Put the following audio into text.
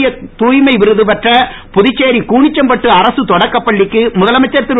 தேசிய தூய்மை விருது பெற்ற புதுச்சேரி கூனிச்சம்பட்டு அரசு தொடக்கப் பள்ளிக்கு முதலமைச்சர் திரு